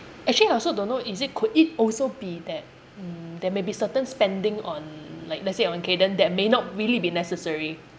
actually I also don't know is it could it also be that mm there may be certain spending on like let's say on kayden that may not really be necessary